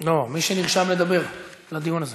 חבר הכנסת אכרם חסון, אינו